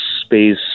space